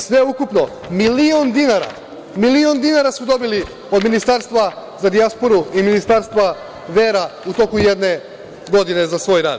Sve ukupno milion dinara su dobili od Ministarstva za dijasporu i Ministarstva vera u toku jedne godine za svoj rad.